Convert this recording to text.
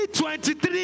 2023